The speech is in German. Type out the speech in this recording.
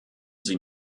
sie